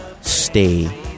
Stay